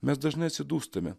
mes dažnai atsidūstame